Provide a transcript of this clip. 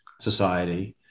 society